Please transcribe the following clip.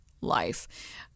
life